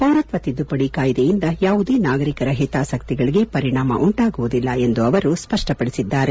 ಪೌರತ್ತ ತಿದ್ದುಪಡಿ ಕಾಯ್ಲೆಯಿಂದ ಯಾವುದೇ ನಾಗರಿಕರ ಹಿತಾಸಕ್ತಿಗಳಿಗೆ ಪರಿಣಾಮ ಉಂಟಾಗುವುದಿಲ್ಲ ಎಂದು ಅವರು ಸ್ಪಷ್ಷಪಡಿಸಿದ್ದಾರೆ